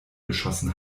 geschossen